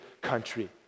country